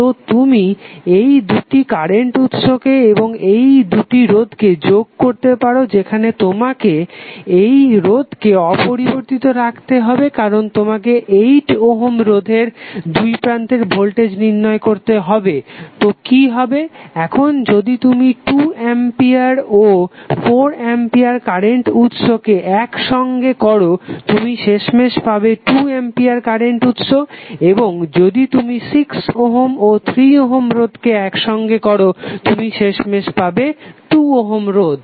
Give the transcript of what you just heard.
তো তুমি এই দুটি কারেন্ট উৎসকে এবং এই দুটি রোধকে যোগ করতে পারো যেখানে তোমাকে এই রোধকে অপরিবর্তিত রাখতে হবে কারণ তোমাকে 8 ওহম রোধের দুইপ্রান্তে ভোল্টেজ নির্ণয় করতে হবে তো কি হবে এখন যদি তুমি 2 অ্যাম্পিয়ার ও 4 অ্যাম্পিয়ার কারেন্ট উৎসকে একসঙ্গে করো তুমি শেষমেশ পাবে 2 অ্যাম্পিয়ার কারেন্ট উৎস এবং যদি তুমি 6 ওহম ও 3 ওহম রোধকে একসঙ্গে করো তুমি শেষমেশ পাবে 2 ওহম রোধ